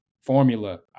formula